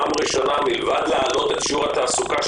מלבד להעלות את שיעור התעסוקה,